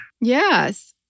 yes